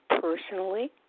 personally